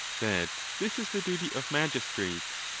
that this is the duty of magis trates,